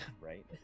Right